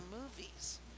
movies